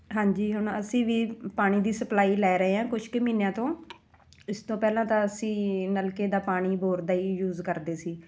ਹਾਂਜੀ ਹੁਣ ਅਸੀਂ ਵੀ ਪਾਣੀ ਦੀ ਸਪਲਾਈ ਲੈ ਰਹੇ ਹਾਂ ਕੁਛ ਕੁ ਮਹੀਨਿਆਂ ਤੋਂ ਇਸ ਤੋਂ ਪਹਿਲਾਂ ਤਾਂ ਅਸੀਂ ਨਲਕੇ ਦਾ ਪਾਣੀ ਬੋਰ ਦਾ ਹੀ ਯੂਜ ਕਰਦੇ ਸੀ